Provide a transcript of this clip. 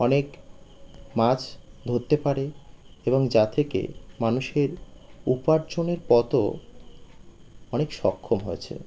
অনেক মাছ ধরতে পারে এবং যা থেকে মানুষের উপার্জনের পথও অনেক সক্ষম হয়েছে